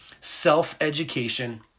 self-education